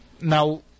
now